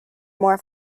more